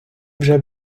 вже